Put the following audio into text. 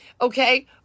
Okay